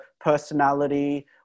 personality